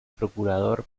procurador